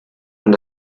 und